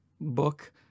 book